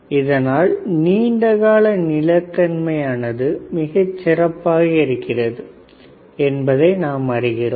இதனால் நீண்ட கால நிலை தன்மையானது மிகச் சிறப்பாக இருக்கிறது என்பதை நாம் அறிகிறோம்